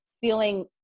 feeling